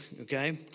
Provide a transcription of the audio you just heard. okay